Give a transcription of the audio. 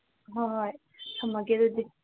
ꯍꯣꯏ ꯍꯣꯏ ꯊꯝꯃꯒꯦ ꯑꯗꯨꯗꯤ